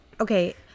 okay